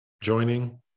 joining